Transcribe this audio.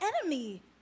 enemy